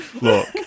Look